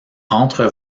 entre